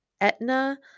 Etna